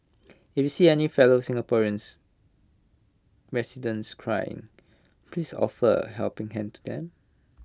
if see any fellow Singaporeans residents crying please offer A helping hand to them